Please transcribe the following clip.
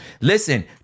listen